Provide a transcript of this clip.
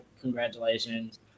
congratulations